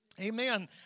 Amen